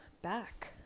back